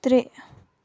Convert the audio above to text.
ترٛےٚ